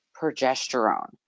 progesterone